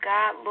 God